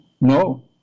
no